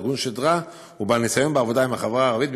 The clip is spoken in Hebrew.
ארגון שדרה ובעל ניסיון בעבודה עם החברה הערבית,